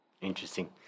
Interesting